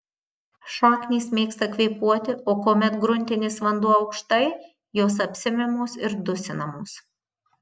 šaknys mėgsta kvėpuoti o kuomet gruntinis vanduo aukštai jos apsemiamos ir dusinamos